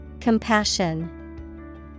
Compassion